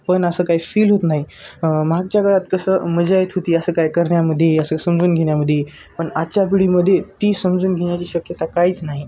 पण असं काय फील होत नाही मागच्या काळात कसं मजा येत होती असं काय करण्यामध्ये असं समजून घेण्यामध्ये पण आजच्या पिढीमध्ये ती समजून घेण्याची शक्यता काहीच नाही